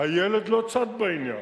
הילד לא צד בעניין.